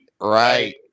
Right